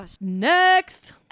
next